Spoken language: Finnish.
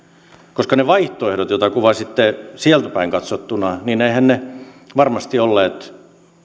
koska eiväthän ne vaihtoehdot joita kuvasitte sieltäpäin katsottuna varmasti olleet